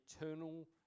eternal